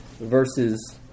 verses